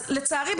לצערי,